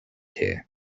here